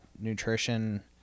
Nutrition